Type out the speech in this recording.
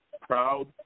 Proud